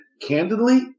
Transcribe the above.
candidly